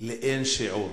לאין שיעור.